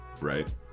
right